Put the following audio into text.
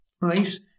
right